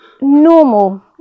normal